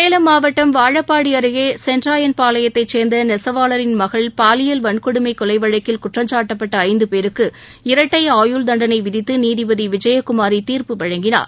சேலம் மாவட்டம் வாழப்பாடி அருகே சென்ட்ராயன் பாளையத்தை சேர்ந்த நெசவாளரின் மகள் பாலியல் வன்கொடுமை கொலை வழக்கில் குற்றம்சாட்டப்பட்ட ஐந்தபேருக்கு இரட்டை ஆயுள்தண்டனை விதித்து நீதிபதி விஜயகுமாரி தீர்ப்பு வழங்கினார்